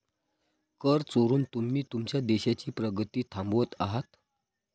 कर चोरून तुम्ही तुमच्या देशाची प्रगती थांबवत आहात